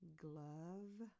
glove